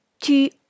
Tu